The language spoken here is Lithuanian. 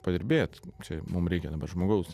padirbėt čia mum reikia žmogaus